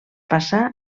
passà